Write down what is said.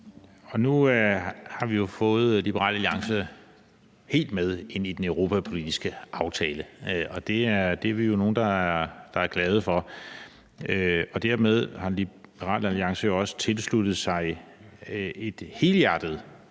Nu har vi jo fået Liberal Alliance helt med ind i den europapolitiske aftale, og det er vi jo nogle der er glade for. Dermed har Liberal Alliance jo også tilsluttet sig et helhjertet